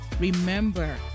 Remember